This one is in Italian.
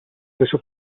stesso